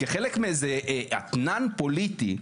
כחלק מאיזה אתנן פוליטי,